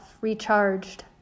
recharged